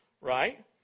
right